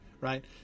right